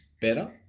Better